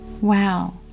Wow